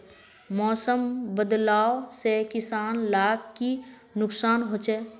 मौसम बदलाव से किसान लाक की नुकसान होचे?